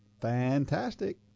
Fantastic